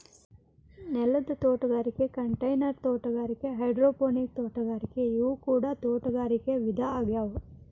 ನೆಲದ ತೋಟಗಾರಿಕೆ ಕಂಟೈನರ್ ತೋಟಗಾರಿಕೆ ಹೈಡ್ರೋಪೋನಿಕ್ ತೋಟಗಾರಿಕೆ ಇವು ಕೂಡ ತೋಟಗಾರಿಕೆ ವಿಧ ಆಗ್ಯಾವ